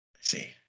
see